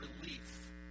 relief